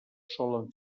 solen